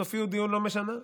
סופיות הדיון לא משנה.